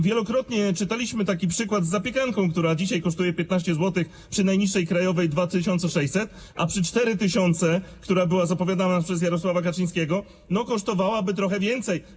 Wielokrotnie czytaliśmy taki przykład z zapiekanką, która dzisiaj kosztuje 15 zł przy najniższej krajowej wynoszącej 2600, a przy 4 tys., które było zapowiadane przez Jarosława Kaczyńskiego, kosztowałaby trochę więcej.